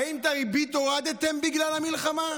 האם את הריבית הורדתם בגלל המלחמה?